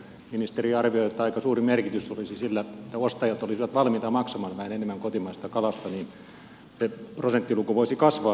ministeri arvioi että aika suuri merkitys olisi sillä että ostajat olisivat valmiita maksamaan vähän enemmän kotimaisesta kalasta eli se prosenttiluku voisi kasvaa